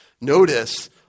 Notice